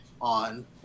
on